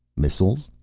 missiles?